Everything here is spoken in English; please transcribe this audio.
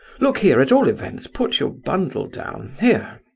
look here, at all events put your bundle down, here.